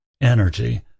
energy